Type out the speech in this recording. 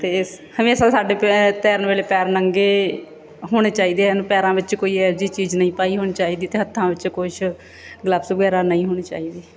ਅਤੇ ਹਮੇਸ਼ਾਂ ਸਾਡੇ ਪੈ ਤੈਰਨ ਵੇਲੇ ਪੈਰ ਨੰਗੇ ਹੋਣੇ ਚਾਹੀਦੇ ਹਨ ਪੈਰਾਂ ਵਿੱਚ ਕੋਈ ਇਹੋ ਜਿਹੀ ਚੀਜ਼ ਨਹੀਂ ਪਾਈ ਹੋਣੀ ਚਾਹੀਦੀ ਅਤੇ ਹੱਥਾਂ ਵਿੱਚ ਕੁਛ ਗਲਬਸ ਵਗੈਰਾ ਨਹੀਂ ਹੋਣੇ ਚਾਹੀਦੇ